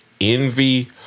envy